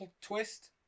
twist